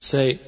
Say